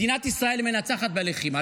מדינת ישראל מנצחת בלחימה,